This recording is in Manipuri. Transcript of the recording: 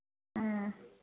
ꯎꯝ